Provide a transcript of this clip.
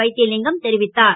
வைத் லிங்கம் தெரிவித்தார்